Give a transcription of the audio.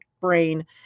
brain